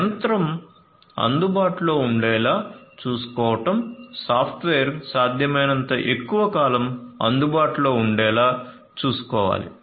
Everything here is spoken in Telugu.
యంత్రం అందుబాటులో ఉండేలా చూసుకోవడం సాఫ్ట్వేర్ సాధ్యమైనంత ఎక్కువ కాలం అందుబాటులో ఉండేలా చూసుకోవాలి